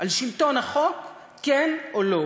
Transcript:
על שלטון החוק, כן או לא.